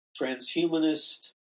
transhumanist